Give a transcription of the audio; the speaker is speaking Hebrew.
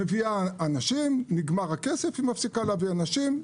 מביאה אנשים, נגמר הכסף, היא מפסיקה להביא אנשים.